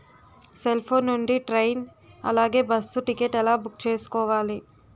Cell phone నుండి train అలాగే bus ticket ఎలా బుక్ చేసుకోవాలి?